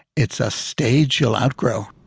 it's a stage you'll outgrow.